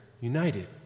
united